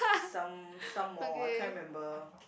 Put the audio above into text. some some mall I can't remember